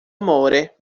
amore